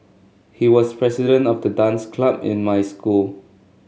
he was president of the dance club in my school